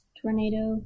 tornado